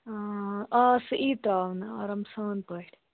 سُہ یی ترٛاونہٕ آرام سان پٲٹھۍ